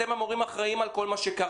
אתם המורים האחראים על כל מה שקרה.